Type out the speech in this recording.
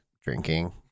drinking